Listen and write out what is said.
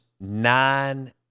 nine